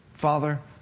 Father